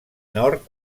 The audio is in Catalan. nord